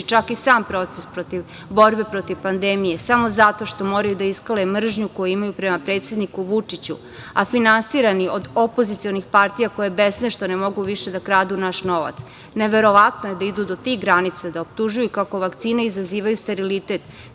čak i sam proces protiv borbe protiv pandemije samo zato što moraju da iskale mržnju koju imaju prema predsedniku Vučiću, a finansirani od opozicionih partija koje besne što ne mogu više da kradu naš novac, neverovatno je da idu do tih granica da optužuju kako vakcine izazivaju sterilitet,